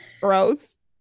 gross